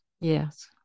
Yes